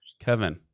Kevin